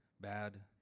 bad